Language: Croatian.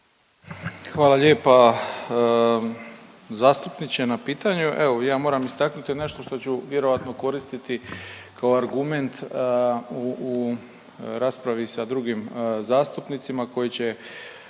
Hvala lijepa zastupniče na pitanju, evo ja moram istaknuti nešto što ću vjerojatno koristiti kao argument u raspravi sa drugim zastupnicima koji će,